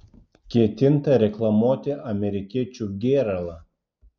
ketinta reklamuoti amerikiečių gėralą